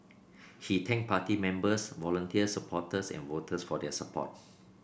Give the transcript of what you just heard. he thanked party members volunteers supporters and voters for their support